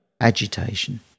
agitation